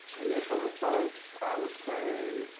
initial response, i would say